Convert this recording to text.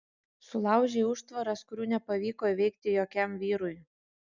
sulaužei užtvaras kurių nepavyko įveikti jokiam vyrui